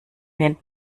nennt